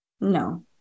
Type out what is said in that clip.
No